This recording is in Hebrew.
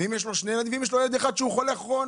ומה אם יש לו ילד שחולה במחלה כרונית?